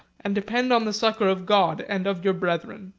and depend on the succor of god and of your brethren.